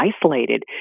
isolated